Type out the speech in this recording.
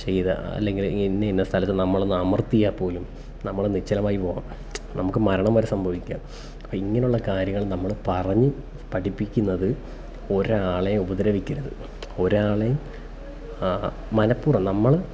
ചെയ്ത അല്ലെങ്കിൽ ഇന്നയിന്ന സ്ഥലത്ത് നമ്മളൊന്ന് അമർത്തിയാൽപ്പോലും നമ്മൾ നിശ്ചലമായിപ്പോകാം നമുക്ക് മരണം വരെ സംഭാവിക്കാം അപ്പം ഇങ്ങനെയുള്ള കാര്യങ്ങൾ നമ്മൾ പറഞ്ഞു പഠിപ്പിക്കുന്നത് ഒരാളെ ഉപദ്രവിക്കരുത് ഒരാളെയും മനഃപൂർവ്വം നമ്മൾ